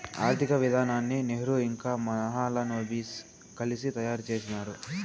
ఆర్థిక విధానాన్ని నెహ్రూ ఇంకా మహాలనోబిస్ కలిసి తయారు చేసినారు